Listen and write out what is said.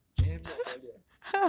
!wah! you damn not solid eh